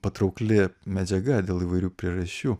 patraukli medžiaga dėl įvairių priežasčių